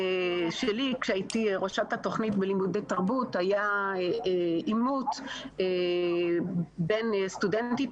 כשהייתי ראש התוכנית בלימודי תרבות היה עימות בין סטודנטית